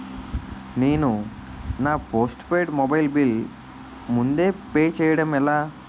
నేను నా postpaid mobile bill ముందే పే చేయడం ఎలా?